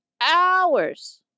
hours